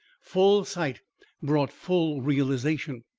full sight brought full realisation.